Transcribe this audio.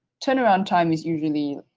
turn around time is usually,